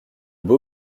beau